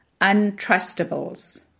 untrustables